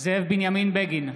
זאב בנימין בגין,